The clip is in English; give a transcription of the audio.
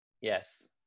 Yes